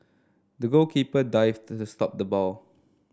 the goalkeeper dived to stop the ball